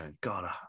God